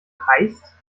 heißt